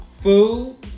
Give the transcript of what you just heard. food